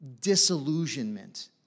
disillusionment